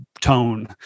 tone